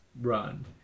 run